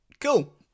cool